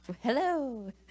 Hello